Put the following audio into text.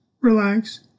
relax